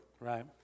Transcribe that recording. Right